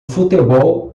futebol